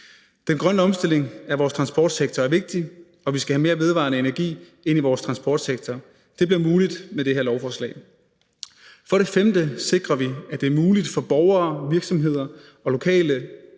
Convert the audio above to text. Den grønne omstilling af vores transportsektor er vigtig, og vi skal have mere vedvarende energi ind i vores transportsektor. Det bliver muligt med det her lovforslag. For det femte sikrer vi, at det er muligt for borgere, virksomheder og lokale